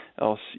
else